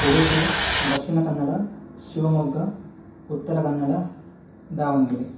Udupi Dakshina Kannada Shivamogga Uttara Kannada Davanagere